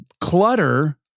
clutter